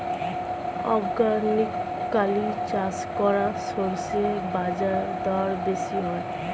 organically চাষ করা শস্যের বাজারদর বেশি হয়